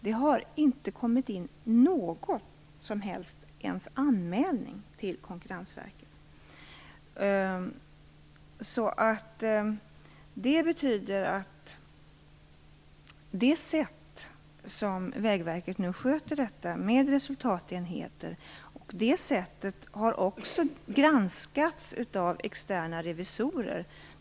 Det hade inte kommit in någon enda anmälning till Konkurrensverket. Det betyder att det sätt på vilket Vägverket sköter verksamheten med resultatenheter och de principer som man tillämpar har granskats av externa revisorer.